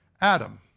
Adam